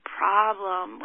problem